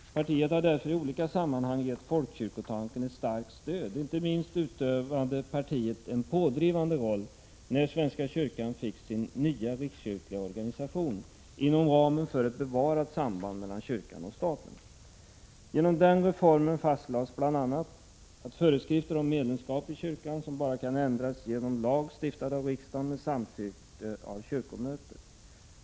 Partiet har därför i olika sammanhang givit folkkyrkotanken ett starkt stöd. Inte minst spelade partiet en pådrivande roll när svenska kyrkan fick sin nya rikskyrkoorganisation inom ramen för ett bevarat samband mellan kyrkan och staten. Genom den reformen fastlades bl.a. föreskrifter om medlemskap i svenska kyrkan, vilka bara kan ändras genom lag, stiftad av riksdagen med samtycke av kyrkomöte.